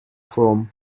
from